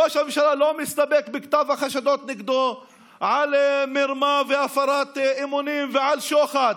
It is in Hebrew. ראש הממשלה לא מסתפק בכתב החדשות נגדו על מרמה והפרת אמונים ועל שוחד,